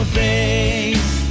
face